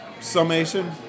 Summation